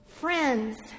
Friends